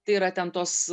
tai yra ten tos